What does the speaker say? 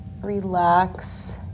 relax